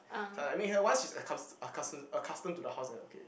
like I make her once she is accus~ acuss~ accustomed accustomed to the house then okay